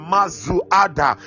Mazuada